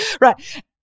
Right